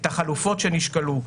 את החלופות שנשקלו,